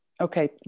Okay